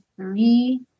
three